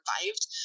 survived